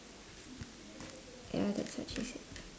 ya that's what she said